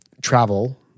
travel